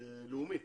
לאומית